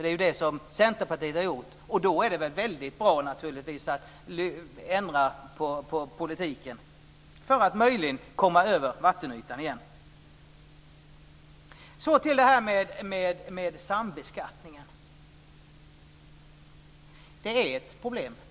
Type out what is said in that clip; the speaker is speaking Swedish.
Det är vad Centerpartiet har gjort. Då är det väldigt bra att ändra på politiken för att möjligen komma över vattenytan igen. Så till frågan om sambeskattningen. Sambeskattningen av förmögenheten är ett problem.